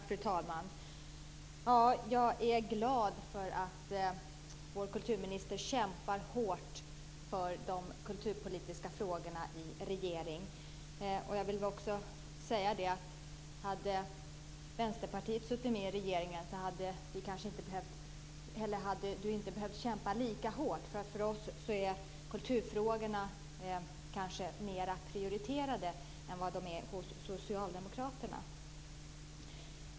Fru talman! Jag är glad över att vår kulturminister kämpar hårt för de kulturpolitiska frågorna i regeringen. Jag vill också säga att om Vänsterpartiet hade suttit med i regeringen hade hon inte behövt kämpa lika hårt. För oss är kulturfrågorna kanske mer prioriterade än vad de är hos Socialdemokraterna.